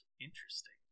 interesting